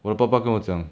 我的爸爸跟我讲